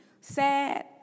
sad